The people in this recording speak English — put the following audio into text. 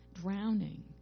drowning